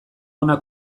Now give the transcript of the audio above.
hona